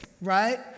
right